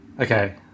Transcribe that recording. Okay